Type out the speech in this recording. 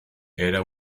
era